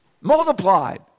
Multiplied